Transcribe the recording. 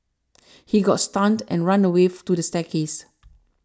he got stunned and run away to the staircase